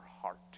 heart